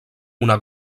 una